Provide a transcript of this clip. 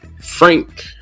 Frank